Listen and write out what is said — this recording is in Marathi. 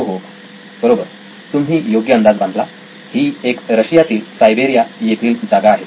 हो हो बरोबर तुम्ही योग्य अंदाज बांधला ही एक रशियामधील सायबेरिया येथील जागा आहे